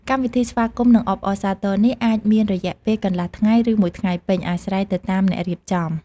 កម្មវិធីស្វាគមន៍៍ និងអបអរសាទរនេះអាចមានរយៈពេលកន្លះថ្ងៃ ឬមួយថ្ងៃពេញ អាស្រ័យទៅតាមអ្នករៀបចំ។